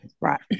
Right